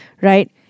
right